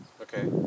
Okay